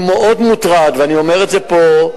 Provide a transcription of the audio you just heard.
אני מאוד מוטרד, ואני אומר את זה פה: